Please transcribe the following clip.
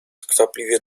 skwapliwie